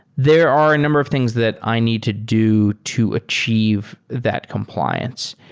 there are a number of things that i need to do to achieve that compliance.